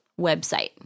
website